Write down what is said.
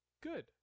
good